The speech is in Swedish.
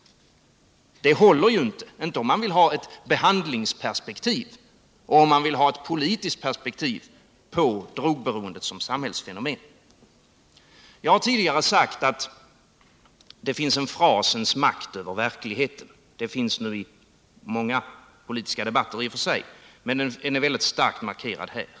Det håller inte om man vill ha ett behandlingsperspektiv och ett politiskt perspektiv på drogberoendet som samhällsfenomen. Jag har tidigare sagt att det finns en frasens makt över verkligheten. Den finns i och för sig i många politiska debatter, men den är väldigt starkt markerad här.